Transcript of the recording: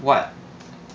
what